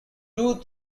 two